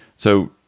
so,